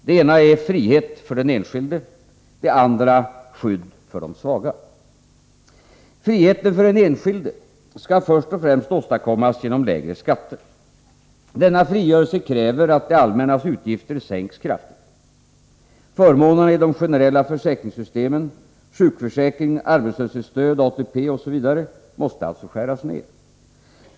Det ena är ”frihet för den enskilde”, det andra ”skydd för de svaga”. Friheten för den enskilde skall först och främst åstadkommas genom lägre skatter. Denna frigörelse kräver att det allmännas utgifter sänks kraftigt. Förmånerna i de generella försäkringssystemen — sjukförsäkring, arbetslöshetsstöd, ATP osv. — måste alltså skäras ner.